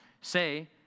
say